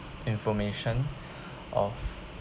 information of